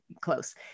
close